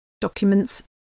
documents